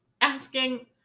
asking